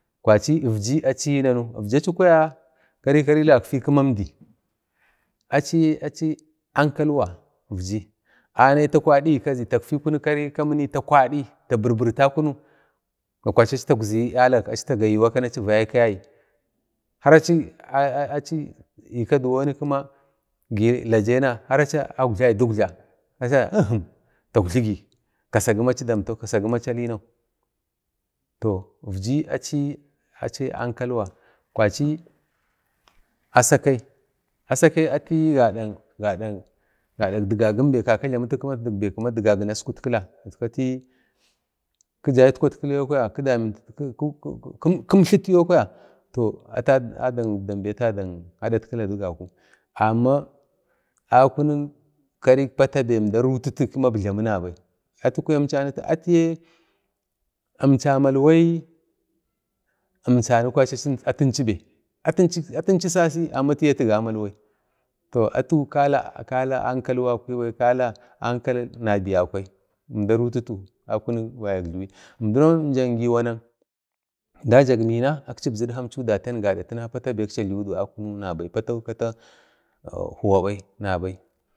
kwachi ivji achiyi nanu, ivji achi kwaya kari-karili gakfai kima əmdi achi ankalwa ivji achi anayi ta kwadigi kazi tatfi kunu karai kamini tagwadi kwari achi ta, bir-birtakunu na kwachi achi taugzi yalak na tagayi waka achi vaikawayagi har achi ikadiwoni kima gi lajena har achi aukjlai digila acha əhim taugjligi kasagi ma achi damtau ksagi ma achalina toh ivji achi-achi ankalwa kwachi Asakai, Asakai atiyi gadak idgagin kaka jlamatu dik idgagin askutkila atiyi kida iskutkila kimtlatu yo kwaya atu adak əbdam be atadakadatkila digaku amma akunik kaorik pata be əmda rutatu kima ibjlim nabai atiye imcha malwai kwari atiyi atunchi bai, atunchi sasi amma atiye atu gamalwai kala ankal wakibai kala ankal nabiyakwai əmda rutatu akunik vaya diye; əmdinau jak Ngiwanak da jak mina akchibzu idkatku gaskwaka adak patabe akchajliwu nabai huwabai nabai